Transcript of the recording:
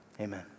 Amen